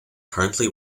currently